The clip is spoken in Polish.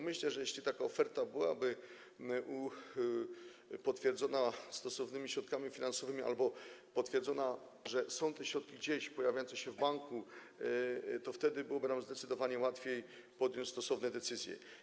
Myślę, że jeśli taka oferta byłaby potwierdzona stosownymi środkami finansowymi albo potwierdzono by, że są te środki gdzieś pojawiające się w banku, to wtedy byłoby nam zdecydowanie łatwiej podjąć stosowne decyzje.